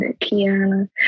Kiana